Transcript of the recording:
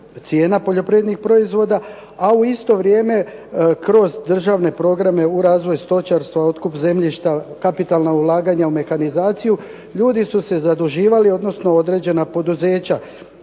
cijena poljoprivrednih proizvoda, a u isto vrijeme kroz državne programe u razvoj stočarstva, otkup zemljišta, kapitalna ulaganja u mehanizaciju ljudi su se zaduživali odnosno određena poduzeća,